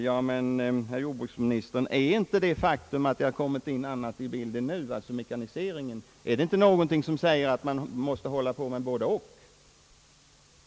Ja, men är inte, herr jordbruksminister, det faktum att det kommit in något annat i bilden nu, alltså mekaniseringen, något som säger att man måste hålla på med både-och?